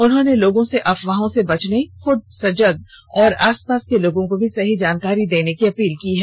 उन्होंने लोगों से अफवाहों से बचने खूद सजग और आसपास के लोगों को भी सही जानकारी देने की अपील की है